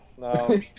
No